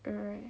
alright